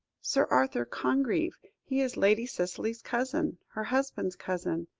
sir arthur congreve. he is lady cicely's cousin her husband's cousin.